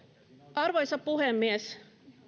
arvoisa puhemies